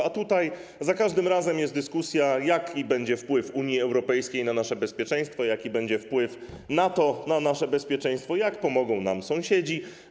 A tutaj za każdym razem jest dyskusja, jaki będzie wpływ Unii Europejskiej na nasze bezpieczeństwo, jaki będzie wpływ NATO na nasze bezpieczeństwo, jak pomogą nam sąsiedzi.